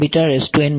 વિદ્યાર્થી